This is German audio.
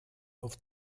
auf